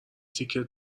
تیکه